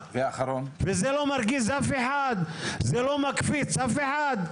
וזה לא מרגיז אף אחד, זה לא מקפיץ אף אחד,